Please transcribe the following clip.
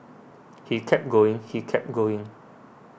he kept going he kept going